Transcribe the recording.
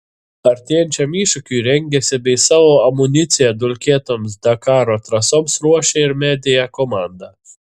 artėjančiam iššūkiui rengiasi bei savo amuniciją dulkėtoms dakaro trasoms ruošia ir media komanda